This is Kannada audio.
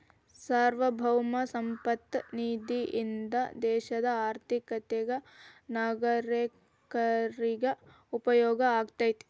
ಸಾರ್ವಭೌಮ ಸಂಪತ್ತ ನಿಧಿಯಿಂದ ದೇಶದ ಆರ್ಥಿಕತೆಗ ನಾಗರೇಕರಿಗ ಉಪಯೋಗ ಆಗತೈತಿ